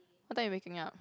what time you waking up